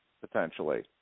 potentially